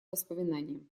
воспоминаниям